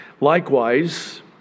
Likewise